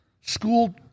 school